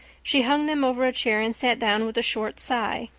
she hung them over a chair and sat down with a short sigh.